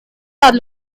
are